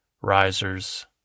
risers